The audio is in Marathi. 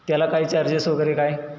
त्याला काय चार्जेस वगैरे काय